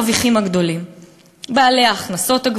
ומי המרוויחים הגדולים?